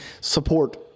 support